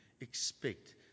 expect